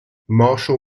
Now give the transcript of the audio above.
marshall